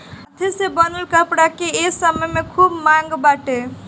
हाथे से बनल कपड़ा के ए समय में खूब मांग बाटे